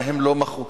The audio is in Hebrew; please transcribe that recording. מה הם לא מחו?